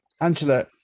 angela